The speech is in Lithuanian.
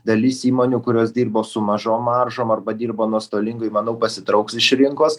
dalis įmonių kurios dirbo su mažom maržom arba dirbo nuostolingai manau pasitrauks iš rinkos